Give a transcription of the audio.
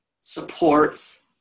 supports